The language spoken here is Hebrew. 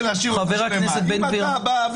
חבר הכנסת בן גביר.